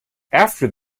after